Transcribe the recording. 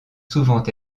souvent